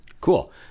Cool